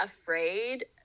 afraid